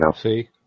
See